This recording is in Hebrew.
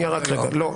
לא,